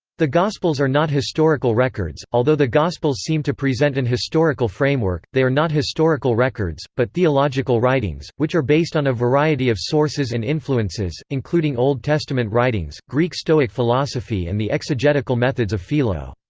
the gospels are not historical records although the gospels seem to present an historical framework, they are not historical records, but theological writings, which are based on a variety of sources and influences, including old testament writings, greek stoic philosophy and the exegetical methods of philo.